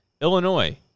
Illinois